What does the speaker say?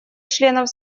членов